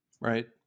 Right